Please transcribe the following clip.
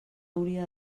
hauria